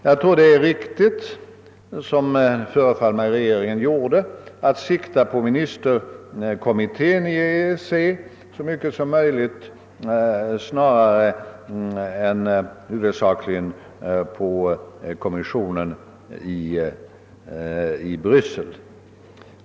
Jag tror att det är riktigt att, såsom regeringen synes ha gjort, så mycket som möjligt ta sikte på EEC:s ministerkommitté snarare än huvudsakligen på Bryselkommissionen.